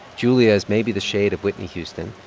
julia is maybe the shade of whitney houston.